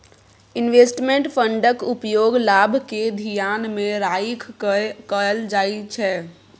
investment फंडक उपयोग लाभ केँ धियान मे राइख कय कअल जाइ छै